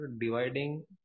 dividing